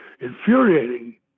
infuriating